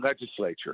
legislature